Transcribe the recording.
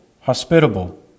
hospitable